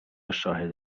شاهد